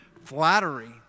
flattery